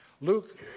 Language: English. Luke